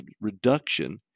reduction